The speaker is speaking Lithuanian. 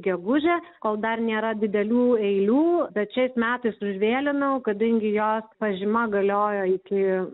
gegužę kol dar nėra didelių eilių bet šiais metais užvėlinau kadangi jos pažyma galiojo iki